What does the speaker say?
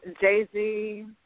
Jay-Z